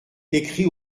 écrit